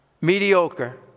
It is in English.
mediocre